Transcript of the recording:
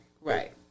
Right